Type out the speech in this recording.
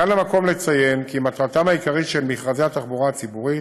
כאן המקום לציין כי מטרתם העיקרית של מכרזי התחבורה הציבורית